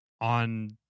on